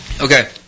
Okay